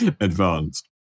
advanced